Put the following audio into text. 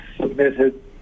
submitted